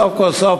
סוף כל סוף,